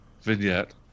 vignette